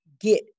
get